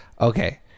okay